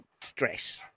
stress